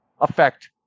affect